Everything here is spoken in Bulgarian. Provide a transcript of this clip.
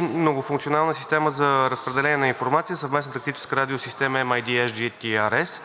„Многофункционална система за разпределение на информация – Съвместна тактическа радиосистема (MIDS JTRS)